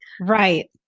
Right